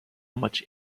much